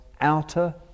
outer